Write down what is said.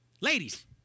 Ladies